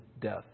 death